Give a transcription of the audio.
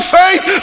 faith